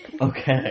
Okay